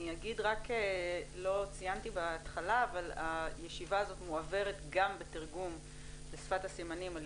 לא ציינתי בהתחלה אבל הישיבה הזאת מועברת גם בתרגום לשפת הסימנים על